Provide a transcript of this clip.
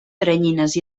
teranyines